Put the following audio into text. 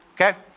Okay